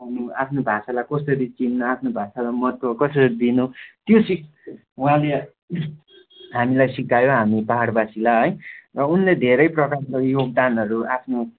आफ्नो भाषालाई कसरी चिन्नु आफ्नो भाषालाई महत्त्व कसरी दिनु त्यो सिक उहाँले हामीलाई सिकायो हामी पाहाडवासीलाई है र उनले धेरै प्रकारको योगदानहरू आफ्नो